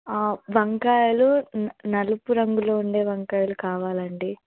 వంకాయలు న నలుపు రంగులో ఉండే వంకాయలు కావాలండి